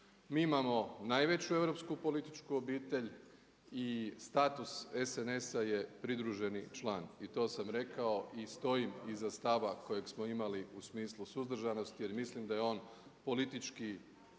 Mi imamo najveću europsku političku obitelj i status SNS-a pridruženi član i to sam rekao i stojim iza stava kojeg smo imali u smislu suzdržanosti jer mislim da je on politički